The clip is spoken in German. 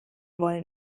wollen